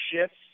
shifts